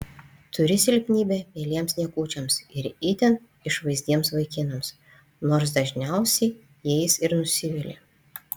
turi silpnybę mieliems niekučiams ir itin išvaizdiems vaikinams nors dažniausiai jais ir nusivili